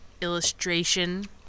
illustration